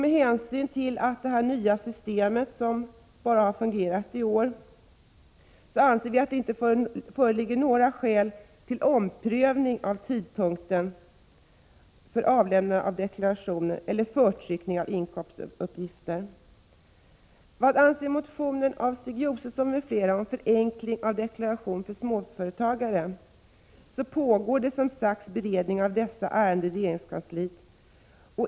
Med hänsyn till att det nya systemet bara har fungerat i år anser vi att det inte föreligger några skäl till omprövning av tidpunkten för avlämnande av deklaration eller förtryckningen av inkomstuppgifter. Vad avser motionen av Stig Josefson m.fl. om förenkling av självdeklaration för småföretagare m.m. pågår, som sagt, beredning av dessa ärenden i regeringskansliet.